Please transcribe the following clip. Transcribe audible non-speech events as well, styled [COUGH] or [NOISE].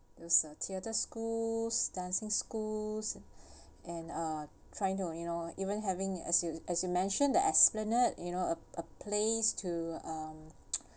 there's a theatre school dancing schools and um trying to you know even having as you as you mentioned that esplanade you know a a place to um [NOISE]